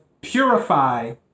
purify